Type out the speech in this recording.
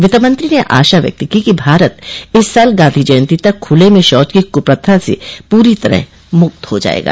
वित्तमंत्री ने आशा व्यक्त की कि भारत इस साल गांधी जयंती तक खुले में शौच की कुप्रथा से पूरी तरह मुक्त हो जायेगा